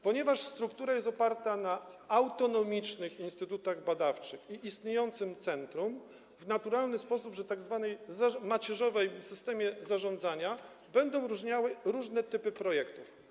Ponieważ struktura jest oparta na autonomicznych instytutach badawczych i istniejącym centrum, w naturalny sposób w tzw. macierzowym systemie zarządzania będą różne typy projektów.